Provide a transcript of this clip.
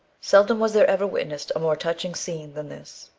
seldom was there ever witnessed a more touching scene than this.